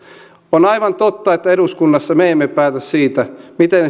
on aivan totta että eduskunnassa me emme päätä siitä miten